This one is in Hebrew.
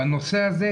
בנושא הזה,